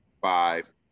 five